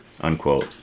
unquote